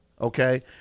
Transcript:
okay